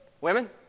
Women